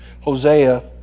Hosea